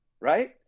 Right